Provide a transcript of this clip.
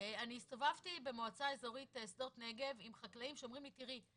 אני הסתובבתי במועצה אזורית שדות-נגב עם חקלאים שאומרים לי: תראי,